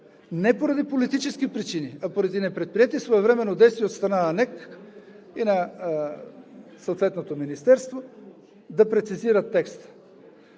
не поради политически причини, а поради непредприети своевременно действия от страна на НЕК и на съответното министерство да прецизират текста.